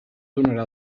donarà